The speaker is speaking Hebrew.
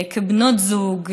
כבנות זוג וכאימהות,